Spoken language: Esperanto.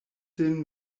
sin